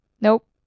Nope